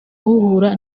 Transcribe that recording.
uhura